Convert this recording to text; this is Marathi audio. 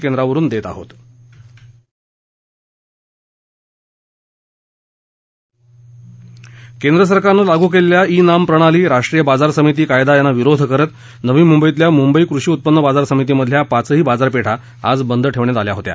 केंद्र सरकारने लागू केलेल्या ई नाम प्रणाली राष्ट्रीय बाजार समिती कायदा यांना विरोध करत नवी मुंबईतील मुंबई कृषी उत्पन्न बाजार समितीमधील पाचही बाजारपेठा आज बंद ठेवण्यात आल्या होत्या